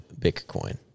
Bitcoin